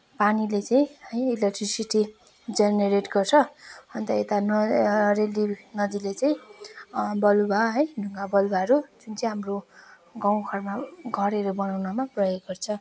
पानीले चाहिँ है इलेक्ट्रिसिटी जेनेरेट गर्छ अन्त यता रेली नदीले चाहिँ बलुवा है ढुङ्गा बलुवाहरू जुन चाहिँ हाम्रो गाउँघरमा घरहरू बनाउनमा प्रयोग गर्छ